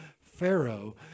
Pharaoh